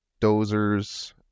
dozers